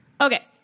okay